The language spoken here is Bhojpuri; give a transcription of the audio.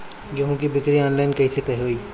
गेहूं के बिक्री आनलाइन कइसे होई?